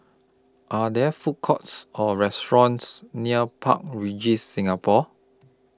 Are There Food Courts Or restaurants near Park Regis Singapore